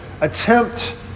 attempt